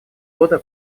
года